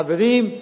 חברים,